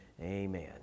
Amen